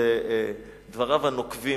שדבריו הנוקבים